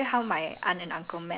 okay wait but like